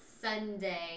Sunday